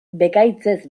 bekaitzez